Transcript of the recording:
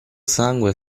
sangue